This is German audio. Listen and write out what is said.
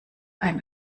ein